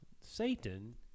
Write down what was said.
Satan